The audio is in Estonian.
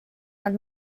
nad